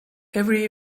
every